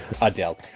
Adele